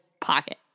pocket